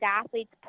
athletes